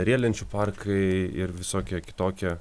riedlenčių parkai ir visokie kitokie